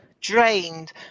drained